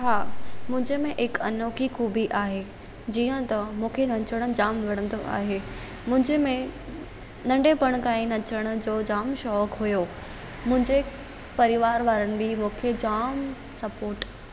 हा मुंहिंजे में हिकु अनोखी ख़ूबी आहे जीअं त मूंखे नचणु जाम वणंदो आहे मुंहिंजे में नंढे पणु खां ई नचण जो जाम शौक़ु हुयो मुंहिंजे परिवार वारनि बि मूंखे जाम सपोर्ट